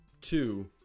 two